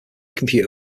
computer